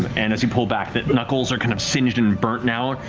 and as you pull back, the knuckles are kind of singed and burnt now.